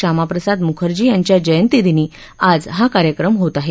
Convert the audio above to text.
श्यामाप्रसाद मुखर्जी यांच्या जयंतीदिनी हा कार्यक्रम होत आहे